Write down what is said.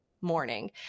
morning